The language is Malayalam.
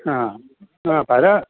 ആ പല